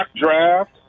draft